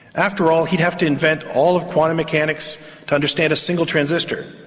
after all, he'd have to invent all of quantum mechanics to understand a single transistor,